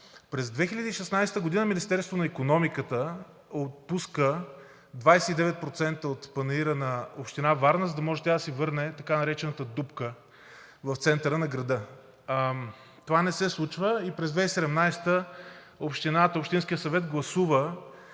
през 2016 г. Министерството на икономиката отпуска 29% от Панаира на Община Варна, за да може тя да си върне така наречената дупка в центъра на града. Това не се случва и през 2017 г. общинският съвет гласува